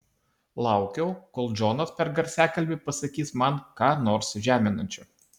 laukiau kol džonas per garsiakalbį pasakys man ką nors žeminančio